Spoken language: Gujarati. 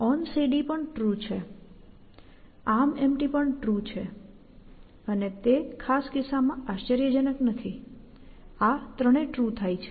onCD પણ ટ્રુ છે ArmEmpty પણ ટ્રુ છે અને તે ખાસ કિસ્સામાં આશ્ચર્યજનક નથી આ ત્રણે ટ્રુ થાય છે